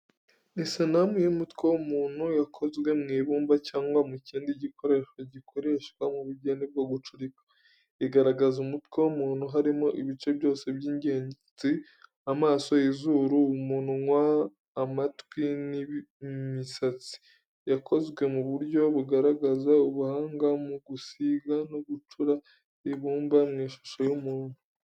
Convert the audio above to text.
Ni sanamu y'umutwe w’umuntu yakozwe mu ibumba cyangwa mu kindi gikoresho gikoreshwa mu bugeni bwo gucurika. Igaragaza umutwe w’umuntu, harimo ibice byose by’ingenzi, amaso, izuru, umunwa, amatwi n’imisatsi. Yakozwe mu buryo bugaragaza ubuhanga mu gusiga no gucura ibumba mu ishusho y’umuntu.